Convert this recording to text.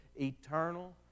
eternal